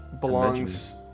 belongs